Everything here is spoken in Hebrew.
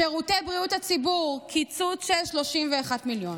שירותי בריאות הציבור, קיצוץ של 31 מיליון,